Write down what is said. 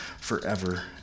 forever